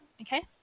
Okay